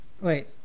Wait